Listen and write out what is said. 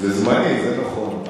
זה זמני, זה נכון.